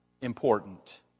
important